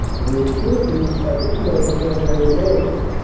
and then, further east, by the douai-cambrai railway.